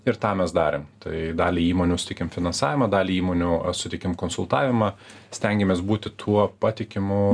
ir tą mes darėm tai daliai įmonių suteikėm finansavimą daliai įmonių suteikėm konsultavimą stengėmės būti tuo patikimu